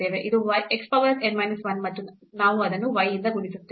ಇದು x power n minus 1 ಮತ್ತು ನಾವು ಅದನ್ನು y ಯಿಂದ ಗುಣಿಸುತ್ತೇವೆ